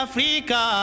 Africa